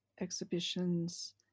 exhibitions